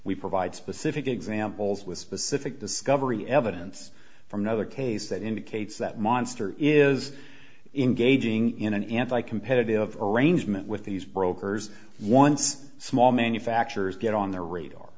we provide specific examples with specific discovery evidence from another case that indicates that monster is in gauging in an anti competitive arrangement with these brokers once small manufacturers get on their radar